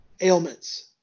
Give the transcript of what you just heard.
ailments